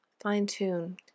Fine-tune